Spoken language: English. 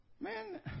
man